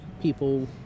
people